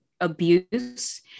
abuse